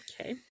Okay